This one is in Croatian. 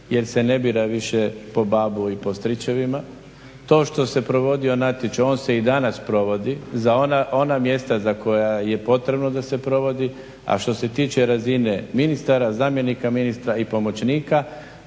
jer se ne bira više po babu i stričevima. To što se provodio natječaj, on se i danas provodi za ona mjesta za koja je potrebno da se provodi, a što se tiče razine ministara zamjenika ministra i pomoćnika